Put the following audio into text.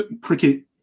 Cricket